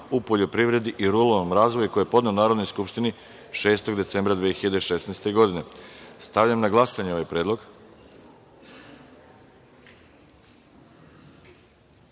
u poljoprivredi i ruralnom razvoju, koji je podneo Narodnoj skupštini 6. decembra 2016. godine. Stavljam na glasanje ovaj